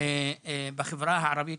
בחברה הערבית